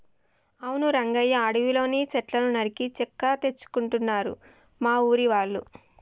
అవును రంగయ్య అడవిలోని సెట్లను నరికి చెక్క తెచ్చుకుంటారు మా ఊరి వాళ్ళు